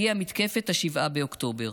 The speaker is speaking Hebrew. הגיעה מתקפת 7 באוקטובר.